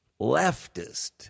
leftist